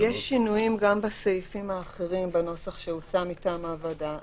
יש שינויים גם בסעיפים האחרים בנוסח שהוצע מטעם הוועדה.